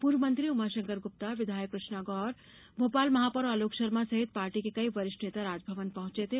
पूर्व मंत्री उमाशंकर गुप्ता विधायक कृष्णा गौर भोपाल महापौर आलोक शर्मा सहित पार्टी के कई वरिष्ठ नेता राजभवन पहुंचे थे